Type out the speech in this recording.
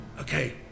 Okay